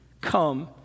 Come